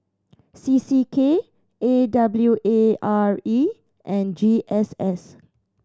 C C K A W A R E and G S S